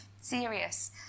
serious